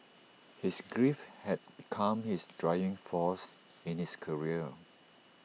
his grief had become his driving force in his career